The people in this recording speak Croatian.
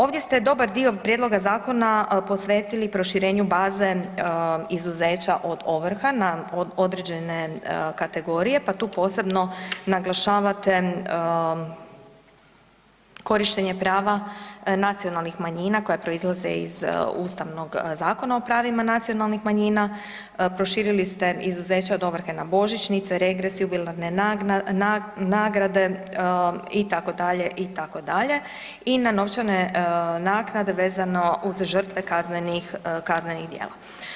Ovdje ste dobar dio prijedloga zakona posvetili proširenju baze izuzeća od ovrha na određene kategorije, pa tu posebno naglašavate korištenje prava nacionalnih manjina koje proizlaze iz Ustavnog zakona o pravima nacionalnih manjina, proširili ste izuzeće od ovrhe na božićnice, regres, jubilarne nagrade, itd., itd., i na novčane naknade vezano uz žrtve kaznenih djela.